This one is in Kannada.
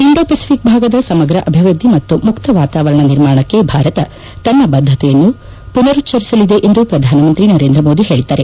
ಇಂಡೋ ಪೆಸಿಫಿಕ್ ಭಾಗದ ಸಮಗ್ರ ಅಭಿವೃದ್ದಿ ಮತ್ತು ಮುಕ್ತವಾತಾರವರಣ ನಿರ್ಮಾಣಕ್ಕೆ ಭಾರತ ತನ್ನ ಬದ್ದತೆಯನ್ನು ಪುನರಿಚ್ಚರಿಸಲಿದೆ ಎಂದು ಪ್ರಧಾನಮಂತ್ರಿ ನರೇಂದ್ರ ಮೋದಿ ಹೇಳಿದ್ದಾರೆ